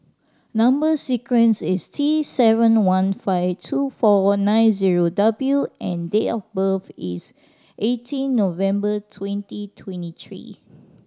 number sequence is T seven one five two four one nine zero W and date of birth is eighteen November twenty twenty three